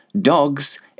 Dogs